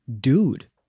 Dude